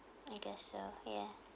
I guess so ya